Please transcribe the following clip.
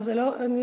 זה לא יפה.